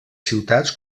ciutats